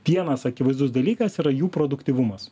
vienas akivaizdus dalykas yra jų produktyvumas